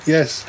Yes